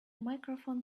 microphone